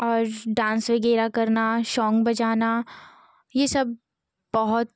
और डान्स वग़ैरह करना सॉन्ग बजाना यह सब बहुत